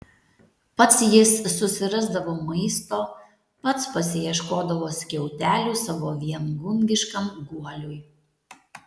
pats jis susirasdavo maisto pats pasiieškodavo skiautelių savo viengungiškam guoliui